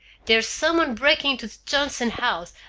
there's some one breaking into the johnson house,